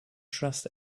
trust